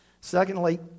Secondly